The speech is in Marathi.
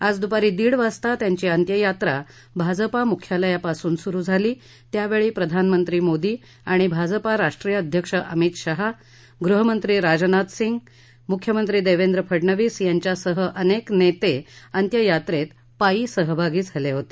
आज दुपारी दीड वाजता त्यांची अत्यंयात्रा भाजपा मुख्यालयापासून सुरु झाली त्यावेळी प्रधानमंत्री मोदी आणि भाजपा राष्ट्रीय अध्यक्ष अमित शहा गृहमंत्री राजनाथ सिंग मुख्यमंत्री देवेंद्र फडणवीस यांच्यासह अनेक नेते अत्यंयात्रेत पायी सहभागी झाले होते